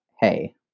Hey